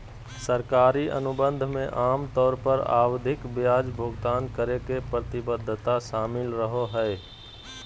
सरकारी अनुबंध मे आमतौर पर आवधिक ब्याज भुगतान करे के प्रतिबद्धता शामिल रहो हय